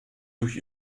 durch